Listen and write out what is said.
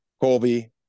Colby